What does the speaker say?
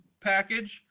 package